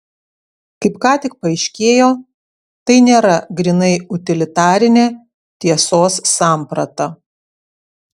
kaip ką tik paaiškėjo tai nėra grynai utilitarinė tiesos samprata